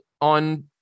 on